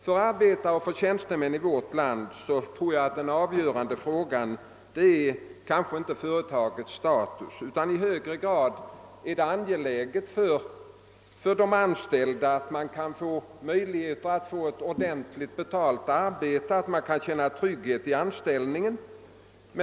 För arbetare och tjänstemän i vårt land är den avgörande frågan kanske inte företagets status utan i högre grad möjligheten att få ett ordentligt betalt arbete och att känna trygghet i anställningen.